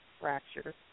fracture